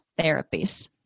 therapies